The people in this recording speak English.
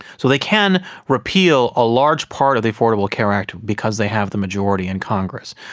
so they can repeal a large part of the affordable care act because they have the majority in congress.